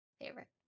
favorite